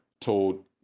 told